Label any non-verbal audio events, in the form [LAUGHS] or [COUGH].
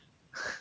[LAUGHS]